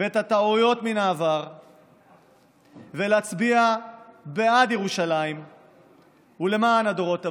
ואת הטעויות מן העבר ולהצביע בעד ירושלים ולמען הדורות הבאים.